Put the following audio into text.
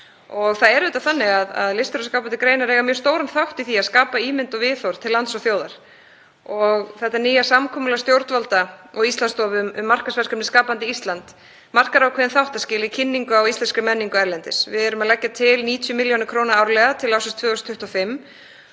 og skapandi greinar. Listir og skapandi greinar eiga auðvitað mjög stóran þátt í því að skapa ímynd og viðhorf til lands og þjóðar. Þetta nýja samkomulag stjórnvalda og Íslandsstofu um markaðsverkefnið Skapandi Ísland markar ákveðin þáttaskil í kynningu á íslenskri menningu erlendis. Við erum að leggja til 90 millj. kr. árlega til ársins 2025.